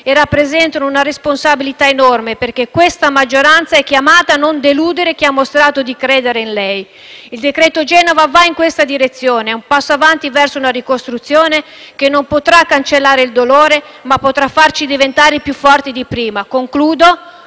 e rappresentano una responsabilità enorme, perché questa maggioranza è chiamata a non deludere chi ha mostrato di credere in lei. Il decreto Genova va in questa direzione, è un passo in avanti verso una ricostruzione che non potrà cancellare il dolore, ma potrà farci diventare più forti di prima. Oggi non